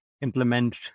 implement